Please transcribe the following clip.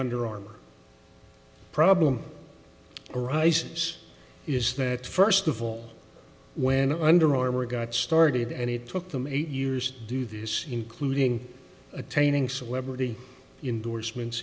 underarm problem arises is that first of all when under armor got started and it took them eight years do this including attaining celebrity endorsements